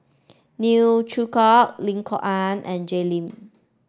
Neo Chwee Kok Lim Kok Ann and Jay Lim